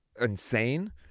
insane